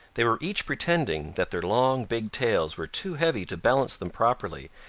they were each pretending that their long big tails were too heavy to balance them properly,